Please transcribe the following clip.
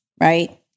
right